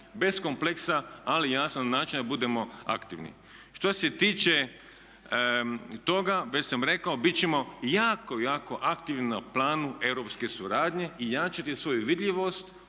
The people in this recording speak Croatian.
bez kompleksa, ali jasno na način da budemo aktivni. Što se tiče toga već sam rekao bit ćemo jako, jako aktivni na planu europske suradnje i jačati svoju vidljivost